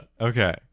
Okay